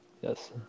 Yes